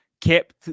kept